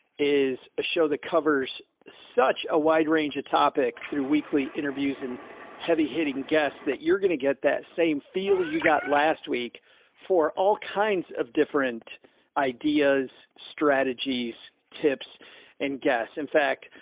is a show that covers such a wide range of topics through weekly interviews and heavy hitting guests that you're going to get that same feel you got last week for all kinds of different ideas, strategies. tips and guests, in fact,